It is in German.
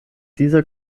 dieser